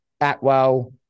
Atwell